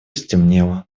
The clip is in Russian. стемнело